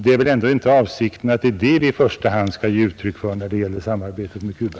Det är väl ändå inte detta vi skall ge uttryck för genom samarbete med Cuba.